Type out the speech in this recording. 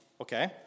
Okay